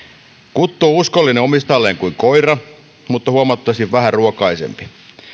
kuttu on uskollinen omistajalleen kuin koira mutta huomattavasti vähäruokaisempi